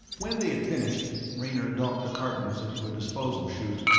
when they had finished, raynor dumped the cartons into a disposal chute,